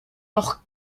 noch